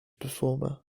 performer